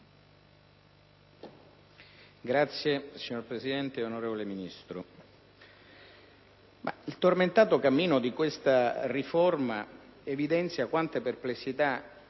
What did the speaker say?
Signor Presidente, onorevole Ministro, il tormentato cammino di questa riforma evidenzia quante perplessità